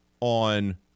on